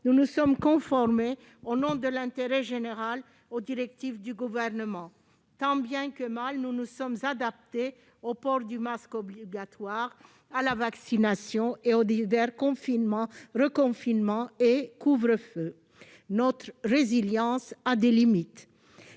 Nous nous sommes conformés, au nom de l'intérêt général, aux directives du Gouvernement. Tant bien que mal, nous nous sommes adaptés au port du masque obligatoire, à la vaccination et aux divers confinements, reconfinements et couvre-feux. Notre résilience a des limites.